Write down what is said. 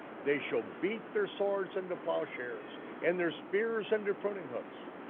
they shall beat their swords into plowshares and their spears into pruning hooks.